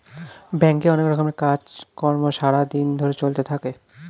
ব্যাংকে অনেক রকমের কাজ কর্ম সারা দিন ধরে চলতে থাকে